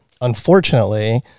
unfortunately